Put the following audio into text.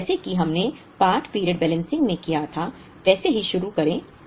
अब जैसे कि हमने पार्ट पीरियड बैलेंसिंग में किया था वैसे ही शुरू करें